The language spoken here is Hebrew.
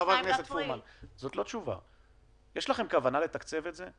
יש לכם כוונה לתקצב את זה?